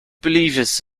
believers